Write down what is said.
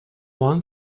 one